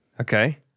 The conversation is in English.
Okay